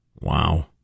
Wow